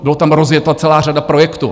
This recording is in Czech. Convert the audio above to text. Byla tam rozjeta celá řada projektů.